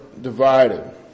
divided